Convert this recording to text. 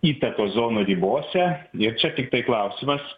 įtakos zonų ribose ir čia tiktai klausimas